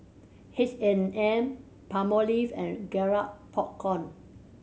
H and M Palmolive and Garrett Popcorn